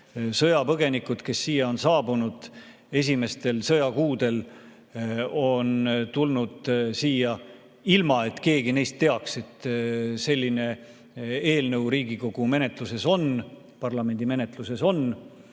Sõjapõgenikud, kes siia on saabunud esimestel sõjakuudel, on tulnud siia, ilma et keegi neist teaks, et selline eelnõu Riigikogu menetluses, parlamendi menetluses on.